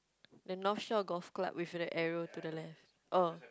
the North Shore Golf Club with an arrow to the left oh